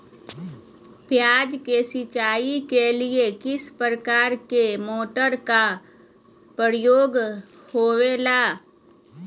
प्याज के सिंचाई के लिए किस प्रकार के मोटर का प्रयोग होवेला?